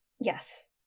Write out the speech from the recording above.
Yes